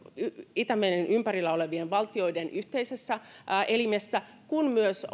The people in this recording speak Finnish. itämeren ympärillä olevien valtioiden yhteisessä elimessä kuin myös